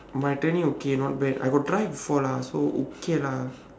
my turning okay not bad I got try before lah so okay lah